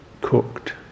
cooked